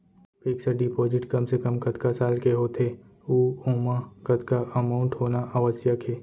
Fix deposit कम से कम कतका साल के होथे ऊ ओमा कतका अमाउंट होना आवश्यक हे?